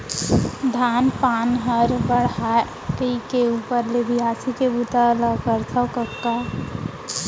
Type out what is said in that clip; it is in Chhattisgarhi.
धान पान हर बाढ़य कइके ऊपर ले बियासी के बूता ल करथव कका